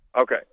Okay